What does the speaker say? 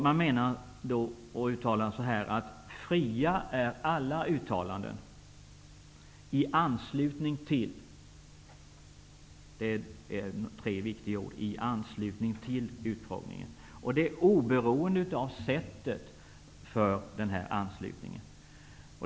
Man säger att fria är alla uttalanden i anslutning till utfrågningen, och detta oberoende av sättet för denna anslutning.